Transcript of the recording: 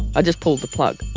i just pulled the plug